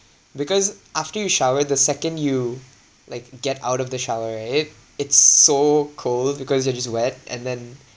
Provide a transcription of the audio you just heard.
because after you shower the second you like get out of the shower right it's so cold because you're just wet and then